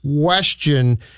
question